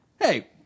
hey